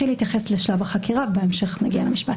בהתייחסות לשלב החקירה ובהמשך נגיע למשפט